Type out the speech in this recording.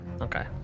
Okay